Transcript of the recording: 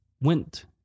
went